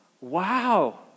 Wow